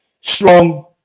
strong